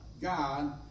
God